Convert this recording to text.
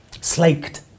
Slaked